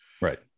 Right